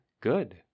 good